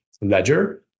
ledger